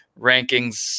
rankings